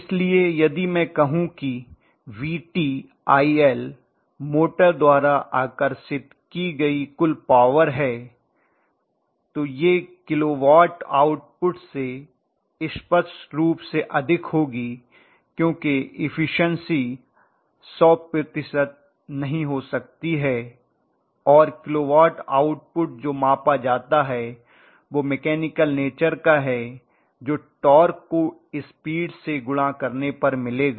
इसलिए यदि मैं कहूं कि VtIL मोटर द्वारा आकर्षित की गई कुल पॉवर है तो यह किलो वाट आउटपुट से स्पष्ट रूप से अधिक होगी क्योंकि इफिशन्सी 100 प्रतिशत नहीं हो सकती है और किलो वाट आउटपुट जो मापा जाता है वह मैकेनिकल नेचर का है जो टार्क को स्पीड से गुणा करने पर मिलेगा